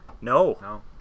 No